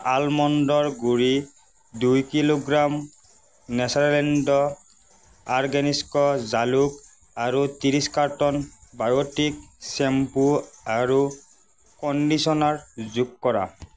আলমণ্ডৰ গুড়ি দুই kilogram Natureland organics জালুক আৰু ত্ৰিছ কাৰ্টন বায়'টিক শ্বেম্পু আৰু কণ্ডিচনাৰ যোগ কৰা